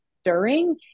stirring